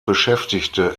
beschäftigte